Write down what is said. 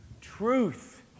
Truth